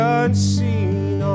unseen